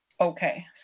okay